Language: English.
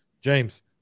james